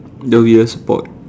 the rear support